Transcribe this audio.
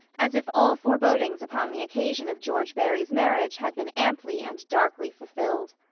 as if all forebodings upon the occasion of george barry's marriage had been amply and darkly fulfilled.